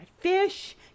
fish